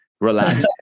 relax